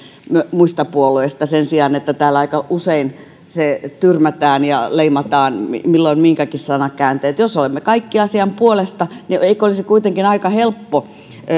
sen sijaan että täällä aika usein se tyrmätään ja leimataan milloin minkäkinlaisin sanakääntein jos olemme kaikki asian puolesta niin eikö olisi kuitenkin aika helppo